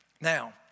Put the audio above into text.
Now